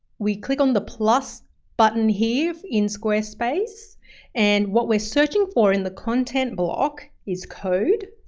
we click on the plus button here in squarespace and what we're searching for in the content block is code.